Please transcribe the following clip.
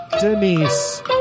Denise